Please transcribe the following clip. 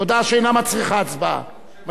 הודעה שאינה מצריכה הצבעה.